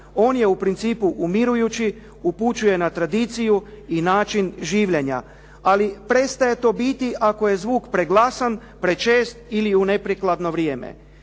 on je u principu umirujući, upućuje na tradiciju i način življenja. Ali prestaje to biti ako je zvuk preglasan, prečest ili u neprikladno vrijeme.